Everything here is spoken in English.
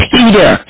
Peter